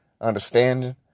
understanding